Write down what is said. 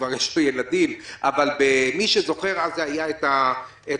יש לו ילדים אבל במלחמת המפרץ,